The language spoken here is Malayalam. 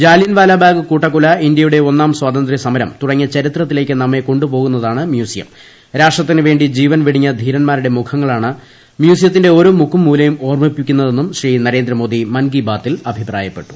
ജാലിയൻ വാലാബാഗ് കൂട്ടക്കൊല ഇന്ത്യയുടെ ഒന്നാം പ്രിട്ടിത്ത്യ സമരം തുടങ്ങിയ ചരിത്രത്തിലേക്ക നമ്മെ കൊണ്ട പ്പോകുന്നതാണ മ്യൂസിയം രാഷട്രത്തിന വേണ്ടി ജീവൻ വെടിഞ്ഞ ധീര്യ്മാരുടെ മുഖങ്ങളാണ് മ്യൂസിയത്തിന്റെ ഓരോ മുക്കും മൂലയും ഓർമ്മീപ്പിക്കുന്നതെന്നും ശ്രീ നരേന്ദ്രമോദി മൻ കി ബാത്തിൽ അഭിപ്രായിപ്പെട്ടു